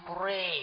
pray